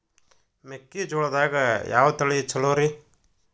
ಮೆಕ್ಕಿಜೋಳದಾಗ ಯಾವ ತಳಿ ಛಲೋರಿ?